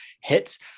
hits